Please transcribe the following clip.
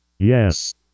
Yes